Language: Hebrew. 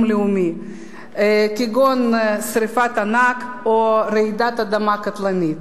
לאומי כגון שרפת ענק או רעידת אדמה קטלנית.